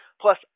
plus